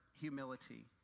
humility